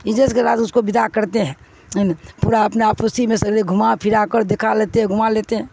ع جیز کےلااتد اس کو بدا کرتے ہیں ن پورا اپنے آپوسی میں سےل لے گھما پھرا کر دیکھا لیتے ہیں گھما لیتے ہیں